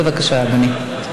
בבקשה, אדוני.